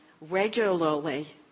regularly